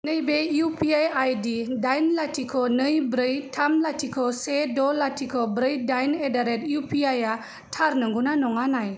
नैबे U P I आइदि डाइन लाथिक' नै ब्रै थाम लाथिख'से ड' लाथिख' ब्रै डाइन ए'दारेट इउ पि आइ या थार नंगौ ना नङा नाय